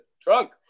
drunk